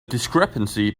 discrepancy